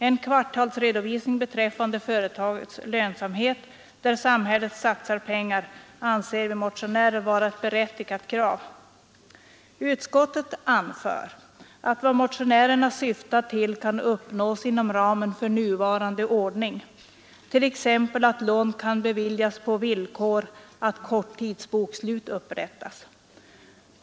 En kvartalsredovisning beträffande lönsamheten för de företag, i vilka samhället satsat pengar, anser vi motionärer vara ett berättigat krav. Utskottet anför: ”Vad motionärerna syftar till kan uppnås inom ramen för nuvarande ordning ——— Lån kan t.ex. beviljas på villkor att korttidsbokslut upprättas.